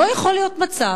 לא יכול להיות מצב,